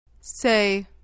Say